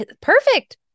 perfect